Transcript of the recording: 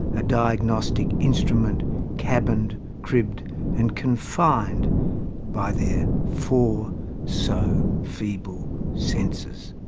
a diagnostic instrument cabined, cribbed and confined by their four so so-feeble senses.